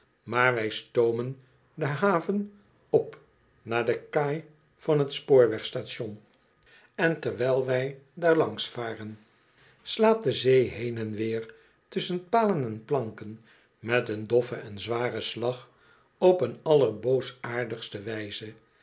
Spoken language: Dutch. maar wij stoomen de haven op naar de kaai van t spoorwegstation en terwijl wij daar langs varen slaat de zee heen en weer tusschen palen en planken met een doffen en zwaren slag op een allerboosaardigste wijze